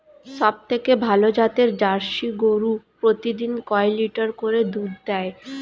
সবথেকে ভালো জাতের জার্সি গরু প্রতিদিন কয় লিটার করে দুধ দেয়?